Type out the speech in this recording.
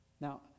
Now